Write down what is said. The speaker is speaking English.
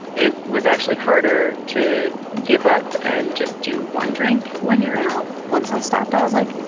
it was actually harder to give up and just do one drink when you're out once i stopped, i was like,